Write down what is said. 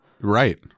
Right